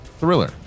Thriller